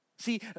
See